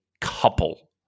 couple